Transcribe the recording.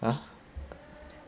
!huh!